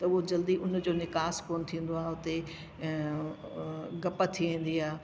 त उहो जल्दी उनजो निकास कोन्ह थींदो आहे उते ऐं गप थी वेंदी आहे